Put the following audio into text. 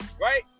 right